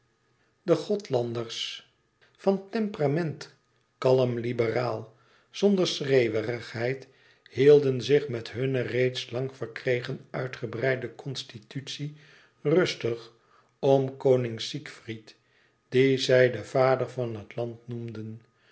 de gothlanders van temperament kalm liberaal zonder schreeuwerigheid hielden zich met hunne reeds lang verkregen uitgebreide constitutie rustig om koning siegfried dien zij den vader van het land noemden